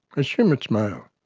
assume it's male.